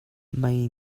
mei